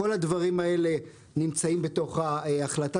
כל הדברים האלה נמצאים בתוך ההחלטה,